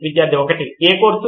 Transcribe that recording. విద్యార్థి 1 ఏ కోర్సు